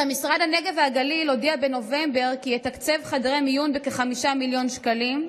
משרד הנגב והגליל הודיע בנובמבר כי יתקצב חדרי המיון בכ-5 מיליון שקלים.